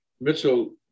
mitchell